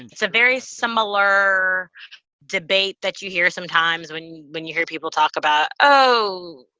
and it's a very similar debate that you hear sometimes when you when you hear people talk about, oh,